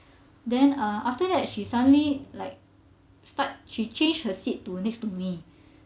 then uh after that she suddenly like start she changed her seat to next to me